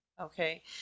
okay